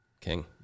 king